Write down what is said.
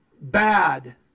bad